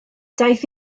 daeth